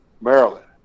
Maryland